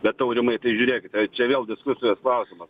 bet aurimai tai žiūrėkit čia vėl diskusijos klausimas